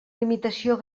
limitació